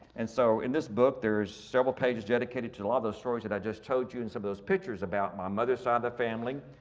and so in this book, there's several pages dedicated to a lot of those stories that i just told you, and some of those pictures about my mother's side of the family.